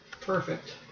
Perfect